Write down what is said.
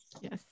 Yes